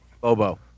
Bobo